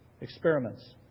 experiments